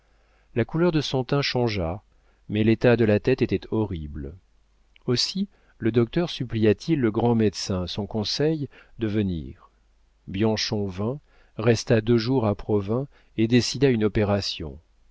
la couleur de son teint changea mais l'état de la tête était horrible aussi le docteur supplia t il le grand médecin son conseil de venir bianchon vint resta deux jours à provins et décida une opération